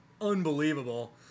unbelievable